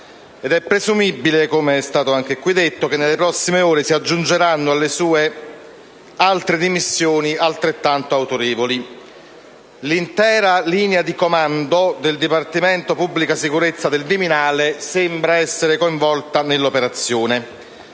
È presumibile, come è stato detto anche in quest'Aula, che nelle prossime ore si aggiungeranno alle sue altre dimissioni altrettanto autorevoli. L'intera linea di comando del Dipartimento di pubblica sicurezza del Viminale sembra essere coinvolta nell'operazione